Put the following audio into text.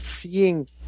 seeing